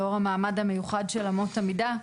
לאור המעמד המיוחד של אמות המידה,